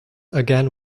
again